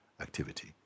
activity